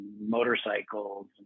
motorcycles